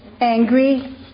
angry